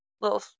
little